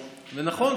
ונכון,